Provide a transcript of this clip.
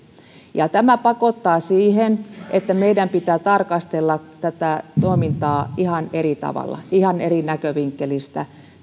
tämä pakottaa siihen että meidän pitää tarkastella tätä toimintaa ihan eri tavalla ihan eri näkövinkkelistä